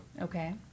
Okay